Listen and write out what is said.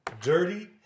Dirty